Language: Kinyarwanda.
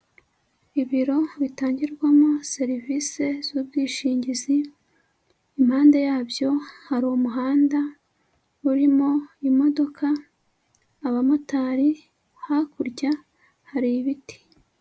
Ibiro bitangirwamo serivise z'ubwishingizi, impande yabyo hari umuhanda, urimo imodoka, abamotari, hakurya hari ibiti.